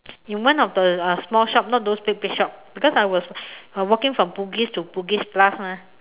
in one of the uh small shop not those big big shop because I was I walking from Bugis to Bugis plus mah